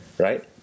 right